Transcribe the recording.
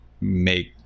make